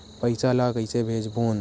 पईसा ला कइसे भेजबोन?